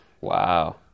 Wow